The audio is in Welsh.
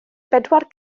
bedwar